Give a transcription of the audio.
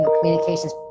communications